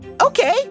Okay